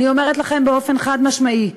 אני אומרת לכם באופן חד-משמעי,